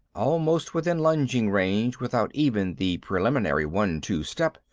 almost within lunging range without even the preliminary one-two step,